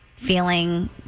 feeling